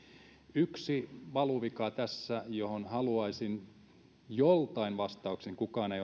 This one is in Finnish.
yksi valuvika johon haluaisin joltain vastauksen kukaan ei